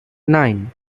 nine